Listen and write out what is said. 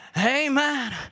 Amen